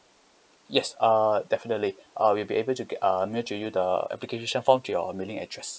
yes uh definitely I will be able to get uh mail to you the application form to your mailing address